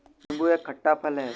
नीबू एक खट्टा फल है